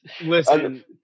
Listen